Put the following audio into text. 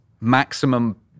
maximum